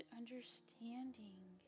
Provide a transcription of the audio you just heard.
understanding